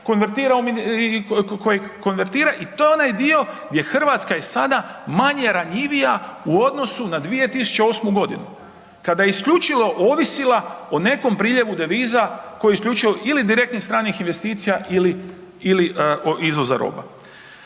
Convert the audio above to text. i to je onaj dio gdje Hrvatska i sada manje ranjivija u odnosu na 2008. godinu kada je isključivo ovisila o nekom priljevu deviza, koji isključivo, ili direktnih stranih investicija ili izvoza roba.